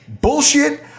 Bullshit